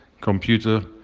computer